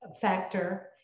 factor